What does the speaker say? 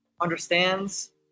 understands